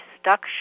stuck